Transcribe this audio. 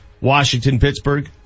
Washington-Pittsburgh